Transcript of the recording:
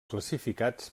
classificats